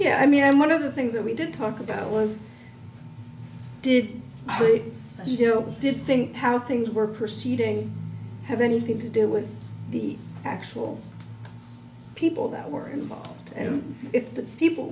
yeah i mean i'm one of the things that we did talk about was did i break you know did think how things were proceeding have anything to do with the actual people that were involved and if the people